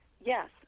yes